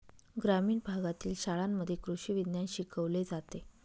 ग्रामीण भागातील शाळांमध्ये कृषी विज्ञान शिकवले जाते